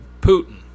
Putin